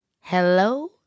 Hello